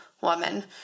woman